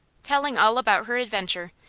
telling all about her adventure,